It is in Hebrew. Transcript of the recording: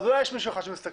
אולי יש מישהו אחד שמסתכל,